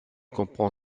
comprend